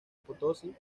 potosí